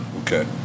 Okay